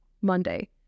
Monday